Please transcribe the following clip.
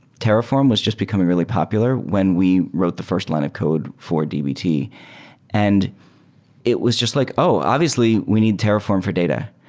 terraform was just becoming really popular when we wrote the fi rst line of code for dbt and it was just like, oh! obviously, we need terraform for data,